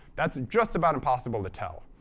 that's just about impossible to tell.